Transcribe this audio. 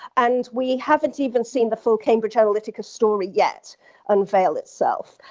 and we haven't even seen the full cambridge analytica story yet unveil itself.